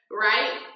right